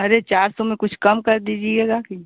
अरे चार सौ में कुछ कम कर दीजिएगा कि